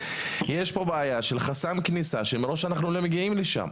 יש פה בעיה של חסם כניסה שמראש אנחנו לא מגיעים לשם.